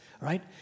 right